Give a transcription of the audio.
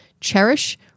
cherish